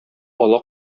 ала